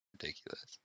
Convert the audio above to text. Ridiculous